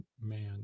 man